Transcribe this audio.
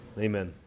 Amen